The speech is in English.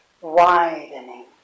widening